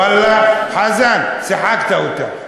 ואללה, חזן, שיחקת אותה.